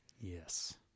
Yes